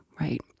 right